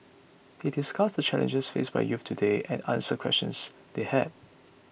he discussed the challenges faced by youths today and answered questions they had